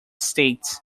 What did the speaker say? states